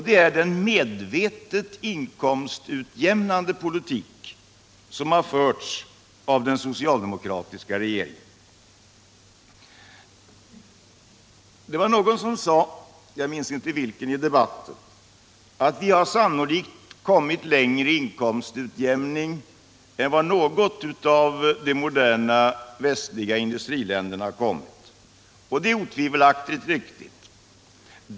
Det är den medvetet inkomstutjämnande politik som har förts av den socialdemokratiska regeringen. Det var någon som sade i debatten —- jag minns inte vem — att vi sannolikt har kommit längre i inkomstutjämning än vad något av de andra moderna västliga industriländerna har gjort. Det är säkert riktigt.